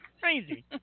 crazy